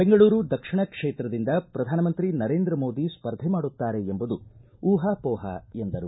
ಬೆಂಗಳೂರು ದಕ್ಷಿಣ ಕ್ಷೇತ್ರದಿಂದ ಶ್ರಧಾನಮಂತ್ರಿ ನರೇಂದ್ರ ಮೋದಿ ಸ್ಪರ್ಧೆ ಮಾಡುತ್ತಾರೆ ಎಂಬುದು ಊಹಾಹೋಹ ಎಂದರು